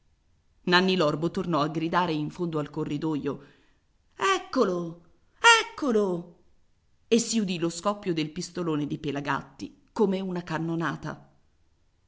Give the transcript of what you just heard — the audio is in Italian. nanni l'orbo tornò a gridare in fondo al corridoio eccolo eccolo e si udì lo scoppio del pistolone di pelagatti come una cannonata